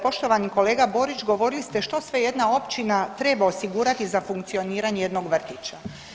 Poštovani kolega Borić govorili ste što sve jedna općina treba osigurati za funkcioniranje jednog vrtića.